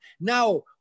Now